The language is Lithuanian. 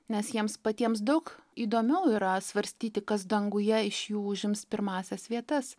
nes jiems patiems daug įdomiau yra svarstyti kas danguje iš jų užims pirmąsias vietas